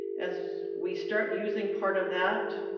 as we start using part of that,